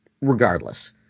regardless